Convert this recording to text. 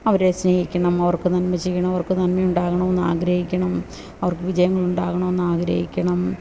അവരെ സ്നേഹിക്കണം നമ്മൾ അവർക്ക് നന്മ ചെയ്യണം അവർക്ക് നന്മയുണ്ടാകണമെന്ന് ആഗ്രഹിക്കണം അവർക്ക് വിജയങ്ങളുണ്ടാകണമെന്നാഗ്രഹിക്കണം